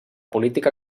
política